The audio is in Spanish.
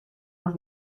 los